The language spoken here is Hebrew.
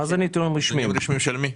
נתונים רשמיים של מי?